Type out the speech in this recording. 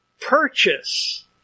purchase